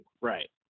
Right